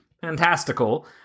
fantastical